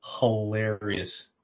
hilarious